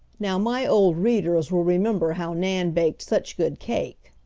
now, my old readers will remember how nan baked such good cake.